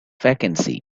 vacancy